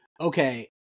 okay